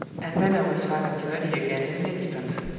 and then i was five-and-thirty again in an instant.